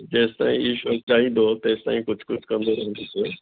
जेसी ताईं ईश्वर चाहींदो तेसी ताईं कुझु कुझु कंदो रहंदुसि